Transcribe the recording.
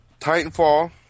Titanfall